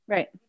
Right